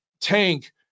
tank